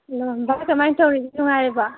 hello ꯗꯥ ꯀꯃꯥꯏ ꯇꯧꯔꯤꯒꯦ ꯅꯨꯡꯉꯥꯏꯔꯤꯕꯥ